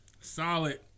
solid